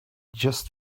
just